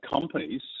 companies